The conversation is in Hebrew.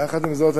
יחד עם זאת,